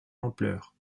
ampleur